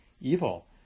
evil